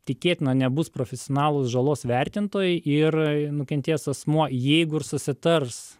tikėtina nebus profesionalūs žalos vertintojai ir nukentėjęs asmuo jeigu ir susitars